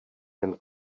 ten